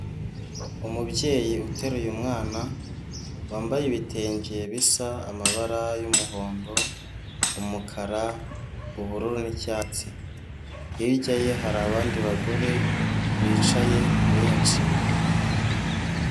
Umubyeyi uteruye umwana wambaye ibitenge bisa amabara y'umuhondo umukara ubururu n'icyatsi hirya ye hari abandi bagore bicaye benshi.